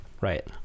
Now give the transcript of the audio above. Right